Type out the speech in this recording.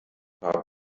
paar